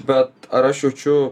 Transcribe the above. bet ar aš jaučiu